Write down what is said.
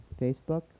Facebook